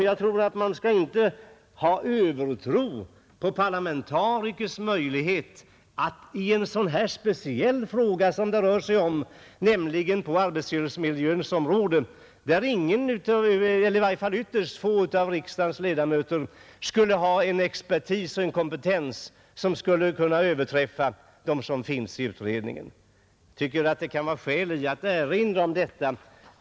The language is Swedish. Jag tycker att man inte skall ha någon övertro på parlamentarikers möjligheter i en så speciell fråga som det här rör sig om, nämligen arbetsmiljön. Ytterst få av riksdagens ledamöter torde vara mera kompetenta än de personer som ingår i utredningen. Jag tycker det kan vara skäl att erinra om detta.